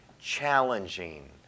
challenging